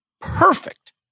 Perfect